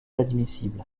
admissibles